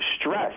stress